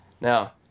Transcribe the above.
Now